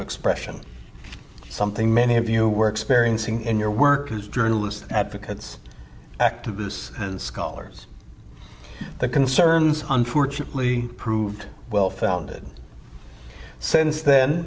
expression something many of you were experiencing in your work as journalists advocates activists and scholars the concerns unfortunately proved well founded since then